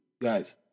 guys